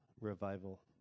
revival